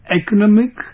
economic